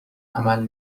عمل